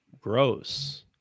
gross